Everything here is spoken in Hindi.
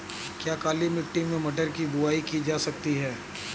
क्या काली मिट्टी में मटर की बुआई की जा सकती है?